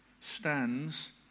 stands